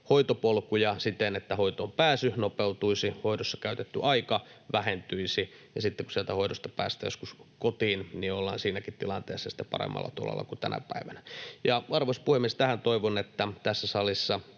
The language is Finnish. hoitopolkuja siten, että hoitoonpääsy nopeutuisi, hoidossa käytetty aika vähentyisi ja että kun sieltä hoidosta päästään joskus kotiin, niin ollaan siinäkin tilanteessa sitten paremmalla tolalla kuin tänä päivänä. Ja, arvoisa puhemies, toivon, että tähän tässä salissa